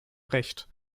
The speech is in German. recht